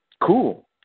Cool